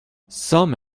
some